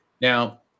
Now